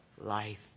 life